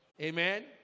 Amen